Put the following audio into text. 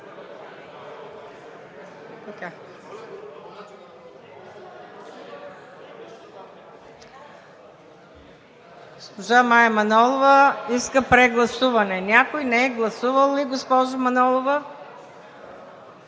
Госпожа Мая Манолова иска прегласуване. Някой не е гласувал ли, госпожо Манолова?